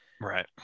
Right